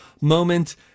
moment